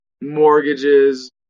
mortgages